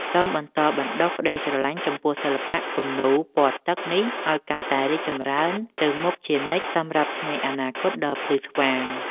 សូមបន្តបណ្តុះក្តីស្រឡាញ់ចំពោះសិល្បៈគំនូរពណ៌ទឹកនេះឱ្យកាន់តែរីកចម្រើនទៅមុខជានិច្ចសម្រាប់ថ្ងៃអនាគតដ៏ភ្លឺស្វាង។